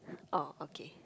oh okay